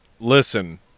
Listen